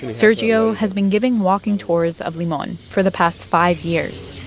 and sergio has been giving walking tours of limon for the past five years.